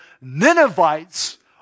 Ninevites